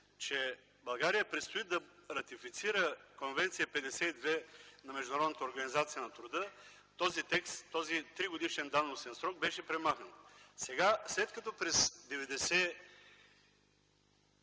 на България й предстои да ратифицира Конвенция № 52 на Международната организация на труда, този тригодишен давностен срок беше премахнат. Сега, след като през 1997